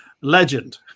legend